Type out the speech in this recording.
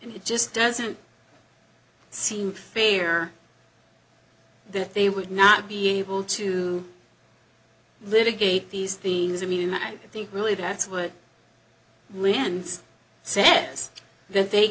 and it just doesn't seem fair that they would not be able to litigate these things i mean and i think really that's what we hands set is that they